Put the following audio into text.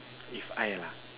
if I lah